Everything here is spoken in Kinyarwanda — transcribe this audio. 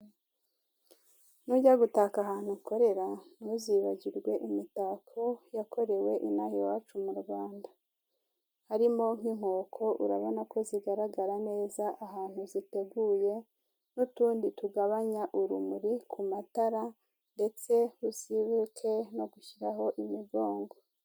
Nujya gutaka ahantu ukorera ntuzibagirwe imitako yakorewe inaha iwacu mu Rwanda. Harimo nk'inkoko urabona ko zigaragara neza ahantu ziteguye n'utundi tugabanya urumuri ku matara ndetse uzibuke no gushyiraho imigongo.